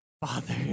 Father